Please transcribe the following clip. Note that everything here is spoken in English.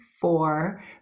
four